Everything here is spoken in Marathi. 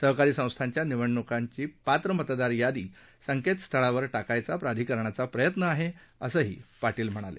सहकारी संस्थांच्या निवडण्काची पात्र मतदार यादी संकेतस्थळावर टाकायचा प्राधिकरणाचा प्रयत्न आहे असंही पाटील यांनी सांगितलं